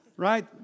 right